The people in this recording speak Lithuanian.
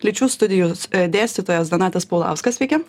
lyčių studijų s dėstytojas donatas paulauskas sveiki